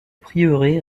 prieuré